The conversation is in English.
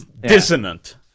dissonant